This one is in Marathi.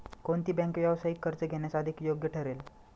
कोणती बँक व्यावसायिक कर्ज घेण्यास अधिक योग्य ठरेल?